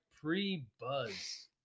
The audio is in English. pre-buzz